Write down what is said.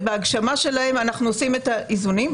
ובהגשמה שלהן אנחנו עושים את האיזונים.